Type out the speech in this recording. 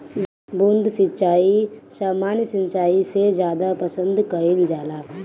बूंद सिंचाई सामान्य सिंचाई से ज्यादा पसंद कईल जाला